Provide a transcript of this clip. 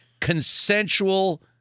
consensual